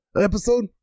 episode